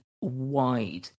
wide